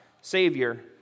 Savior